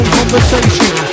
conversation